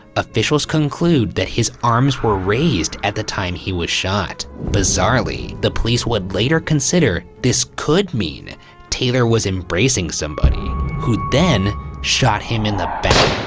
officials conclude that his arms were raised at the time he was shot. bizarrely, the police would later consider this could mean taylor was embracing somebody who then shot him in the back.